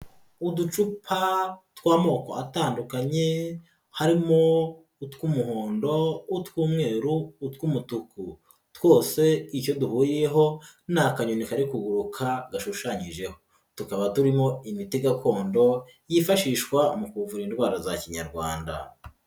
Uducupa tw'amoko atandukanye harimo utw'umuhondo, utw'umweru, utw'umutuku, twose icyo duhuriyeho n'akanyoni kari kuguruka gashushanyijeho, tukaba turimo imiti gakondo yifashishwa mu kuvura indwara za Kinyarwanda.